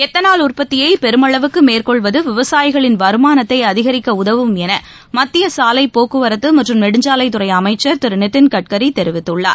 ethanol உற்பத்தியை பெருமளவுக்கு மேற்கொள்வது விவசாயிகளின் வருமானத்தை அதிகரிக்க உதவும் என மத்திய சாவைப் போக்குவரத்து மற்றும் நெடுஞ்சாவைத்துறை அமைச்சர் திரு நிதின் கட்கரி தெரிவித்துள்ளார்